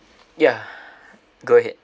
yeah go ahead